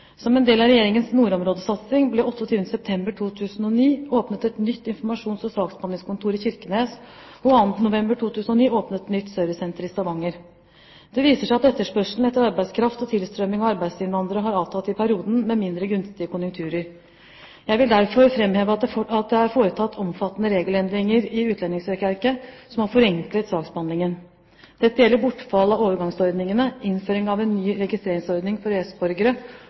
Som en del av Regjeringens nordområdesatsing ble det 28. september 2009 åpnet et nytt informasjons- og saksbehandlingskontor i Kirkenes, og 2. november 2009 åpnet et nytt servicesenter i Stavanger. Det viser seg at etterspørselen etter arbeidskraft og tilstrømningen av arbeidsinnvandrere har avtatt i perioden med mindre gunstige konjunkturer. Jeg vil derfor framheve at det er foretatt omfattende regelendringer i utlendingsregelverket, som har forenklet saksbehandlingsgangen. Dette gjelder bortfall av overgangsordningene, innføring av en ny registreringsordning for